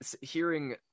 hearing